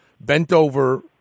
bent-over